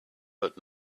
heard